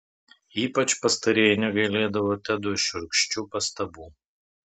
ypač pastarieji negailėdavo tedui šiurkščių pastabų